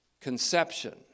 conception